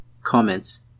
comments